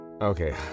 Okay